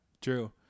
true